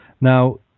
Now